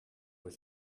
with